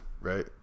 right